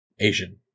asian